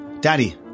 Daddy